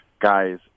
Guys